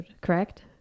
correct